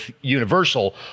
Universal